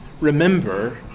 remember